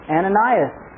Ananias